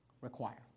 require